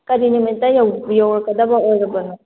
ꯀꯔꯤ ꯅꯨꯃꯤꯠꯇ ꯌꯧꯔꯛꯀꯗꯕ ꯑꯣꯏꯔꯕꯅꯣ